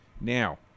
Now